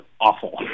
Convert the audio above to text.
awful